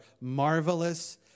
marvelous